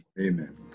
Amen